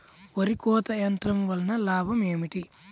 వరి కోత యంత్రం వలన లాభం ఏమిటి?